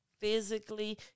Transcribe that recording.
physically